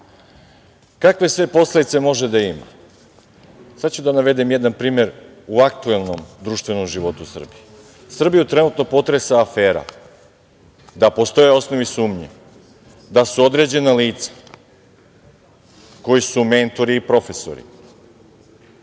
kakve sve posledice može da ima? Navešću jedan primer u aktuelnom društvenom životu Srbije. Srbiju trenutno potresa afera da postoje osnovi sumnje da su određena lica koji su mentori i profesori